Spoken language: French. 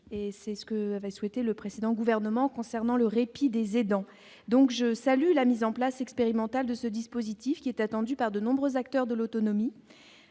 c'est ce que avait souhaité le précédent gouvernement concernant le répit des aidants, donc je salue la mise en place expérimentale de ce dispositif qui est attendue par de nombreux acteurs de l'autonomie,